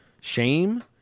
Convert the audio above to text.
shame